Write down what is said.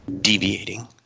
deviating